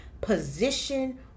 position